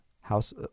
House